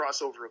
crossover